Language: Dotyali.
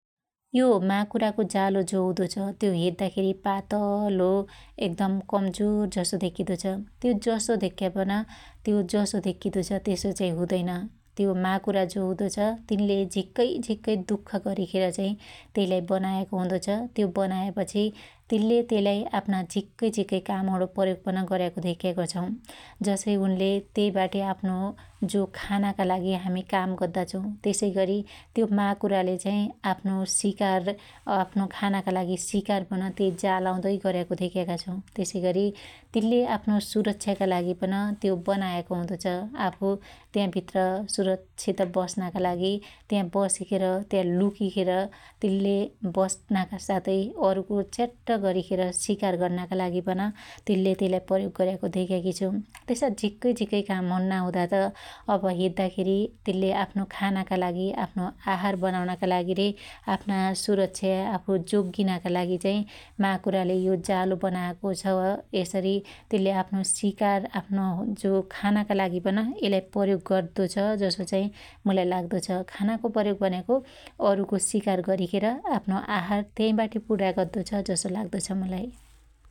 यो माकुराको जालो जो हुदो छ त्यो हेद्दा खेरी पातलो एकदम कमजोर जसो देख्खीदो छ । त्यो जसो देख्यापन त्यो जसो देख्खीदो छ त्यसो चाहि हुदैन । त्यो माकुरा जो हुदो छ तिनले झिक्कै झिक्कै दुख गरीखे चाहि त्यइलाइ बनायाको हुदो छ त्यो बनायापछि तिनले त्यइलाई आफ्ना झिक्कै झीक्कै कामउणो प्रयोग पन गर्याको धेक्याको छ । जसै उनले त्यइबाटी आफ्नो जो खानाका लागि हामी काम गद्दा छौ त्यसैगरी त्यो माकुराले चाहि आफ्नो सिकार आफ्नो खानाका लागि सिकार पन त्यइ जालाउदै गर्याका धेक्याका छौ । त्यसैगरी तिनले आफ्नो सुरक्षाका लागि पन त्यो बनायाको हुदो छ । आफु त्या भित्र सुरक्षीत बस्नका लागि त्या बसिखेर त्या लुकीखेर तिनले बस्नाका सातै अरुको च्याट्ट गरीखेर सिकार गर्नका लागि पन तिनले त्यइलाई प्रयोग गर्याको धेक्याकी छु । त्यसा झिक्कै झिक्कै काम हुन्नात अब हेद्दाखेरी त तेनले आफ्नो खानाका लागि आफ्नो आहार बनाउनका लागि रे आफ्ना सुरक्षाका आफु जोग्गीनका लागि चाहि माकुराले यो जालो बनाको छ । यसरी त्यल्य आफ्नो सिकार आफ्नो जो खानाका लागि पन यइलाई प्रयोग गद्दो छ जसो चाहि मुलाई लाग्दो छ । खानाको प्रयोग भन्याको अरुको सिकार गरीखेर आफ्नो आहार त्याइबाटी पुरा गद्दो छ जसो मलाई लाग्दो छ ।